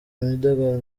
imidugararo